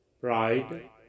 pride